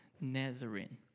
Nazarene